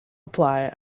apply